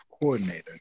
coordinator